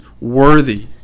worthy